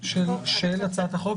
של הצעת החוק.